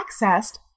accessed